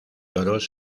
toros